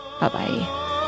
Bye-bye